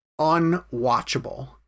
unwatchable